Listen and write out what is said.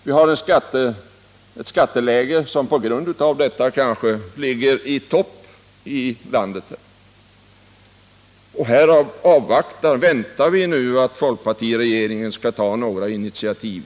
Vidare har vi ett skatteläge som kanske på grund härav ligger i topp i landet. Nu väntar vi därför att folkpartiregeringen skall ta några initiativ.